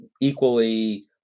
equally